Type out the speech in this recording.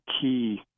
key